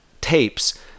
tapes